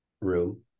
room